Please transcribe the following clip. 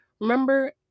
Remember